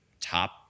top